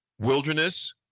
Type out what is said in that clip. Wilderness